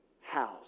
house